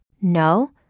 No